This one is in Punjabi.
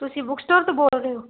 ਹੈਲੋ ਤੁਸੀਂ ਬੁਕਸ ਸਟੋਰ ਤੋਂ ਬੋਲ ਰਹੇ ਹੋ